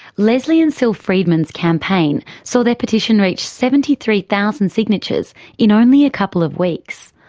lesley and syl freedman's campaign saw their petition reach seventy three thousand signatures in only a couple of weeks.